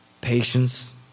patience